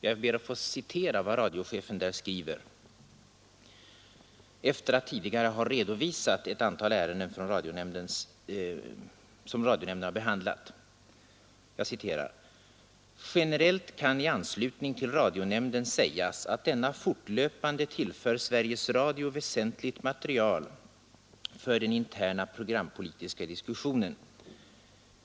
Jag ber att få citera vad radiochefen där skriver, efter att tidigare ha redovisat ett antal ärenden som radionämnden behandlat: ”Generellt kan i anslutning till radionämnden sägas att denna fortlöpande tillför Sveriges Radio väsentligt material för den interna programpolitiska diskussionen.